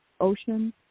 ocean